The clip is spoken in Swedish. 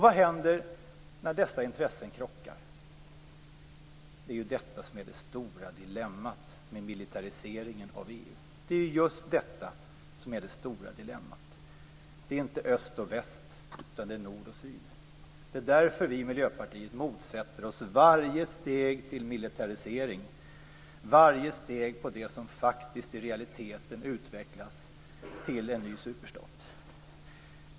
Vad händer när dessa intressen krockar? Det är detta som är det stora dilemmat med militariseringen av EU. Det är inte öst och väst, utan det är nord och syd. Det är därför vi i Miljöpartiet motsätter oss varje steg till militarisering, varje steg på det som faktiskt i realiteten utvecklas till en ny superstat.